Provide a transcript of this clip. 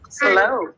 Hello